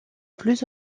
plus